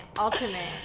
ultimate